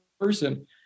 person